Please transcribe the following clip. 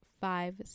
five